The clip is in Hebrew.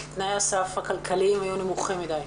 כי תנאי הסף הכלכליים היו נמוכים מדיי.